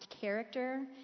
character